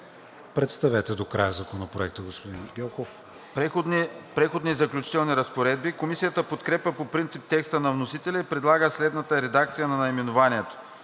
Представете докрай Законопроекта, господин Гьоков. ДОКЛАДЧИК ГЕОРГИ ГЬОКОВ: „Преходни и заключителни разпоредби“. Комисията подкрепя по принцип текста на вносителя и предлага следната редакция на наименованието: